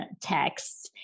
texts